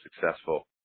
successful